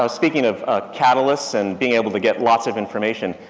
um speaking of a catalyst and being able to get lots of information,